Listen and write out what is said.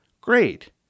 Great